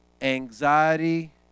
Anxiety